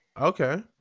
Okay